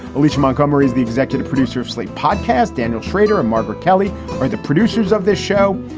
alicia montgomery is the executive producer of slate podcasts, daniel shrader and margaret kelly are the producers of the show.